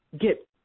get